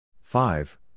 five